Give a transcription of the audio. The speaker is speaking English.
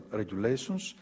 regulations